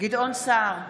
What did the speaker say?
גדעון סער,